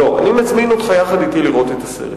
לא, אני מזמין אותך יחד אתי לראות את הסרט,